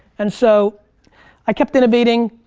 and so i kept innovating.